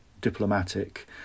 diplomatic